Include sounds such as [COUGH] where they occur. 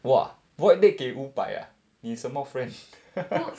!wah! void deck 给五百 ah 你什么 friend [LAUGHS]